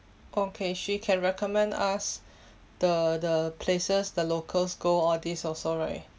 okay she can recommend us the the places the locals go all these also right